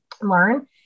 learn